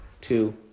two